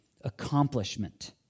accomplishment